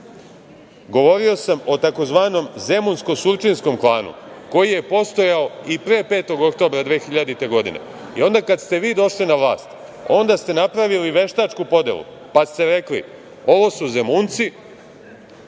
jednog. Govorio sam o takozvanom zemunsko-surčinskom klanu, koji je postojao i pre 5. Oktobra 2000. godine i onda kada ste vi došli na vlast, onda ste napravili veštačku podelu pa ste rekli – ovo su Zemunci,